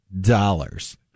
dollars